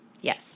Yes